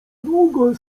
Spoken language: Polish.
długo